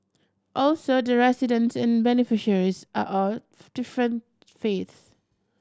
also the residents and beneficiaries are off different faiths